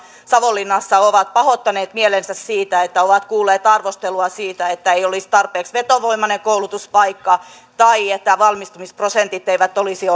savonlinnassa ovat pahoittaneet mielensä siitä että ovat kuulleet arvostelua siitä että ei olisi tarpeeksi vetovoimainen koulutuspaikka tai että valmistumisprosentit eivät olisi